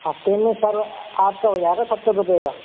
हफ्ते में सर आपका हो जाएगा सत्तर रुपये का